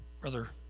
Brother